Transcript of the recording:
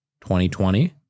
2020